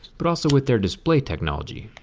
but also with their display technology.